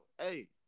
Hey